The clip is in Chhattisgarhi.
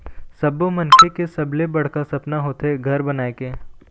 सब्बो मनखे के सबले बड़का सपना होथे घर बनाए के